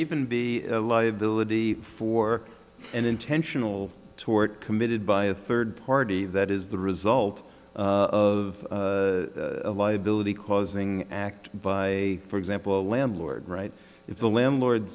even be a liability for an intentional tort committed by a third party that is the result of a liability causing an act by a for example a landlord right if the landlord